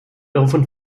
daraufhin